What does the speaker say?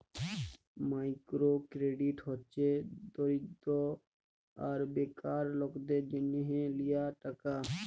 micro credit হছে দরিদ্য আর বেকার লকদের জ্যনহ লিয়া টাকা